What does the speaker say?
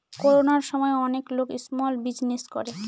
করোনার সময় অনেক লোক স্মল বিজনেস করে